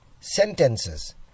sentences